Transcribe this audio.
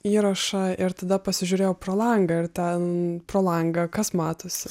įrašą ir tada pasižiūrėjau pro langą ir ten pro langą kas matosi